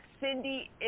Cindy